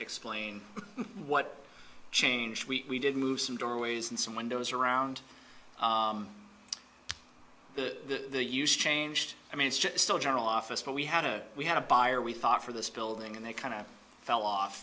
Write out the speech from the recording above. explain what changed we did move some doorways and some windows around the use changed i mean it's still general office but we had a we had a buyer we thought for this building and they kind of fell off